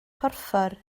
porffor